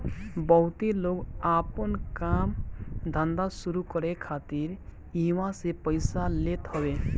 बहुते लोग आपन काम धंधा शुरू करे खातिर इहवा से पइया लेत हवे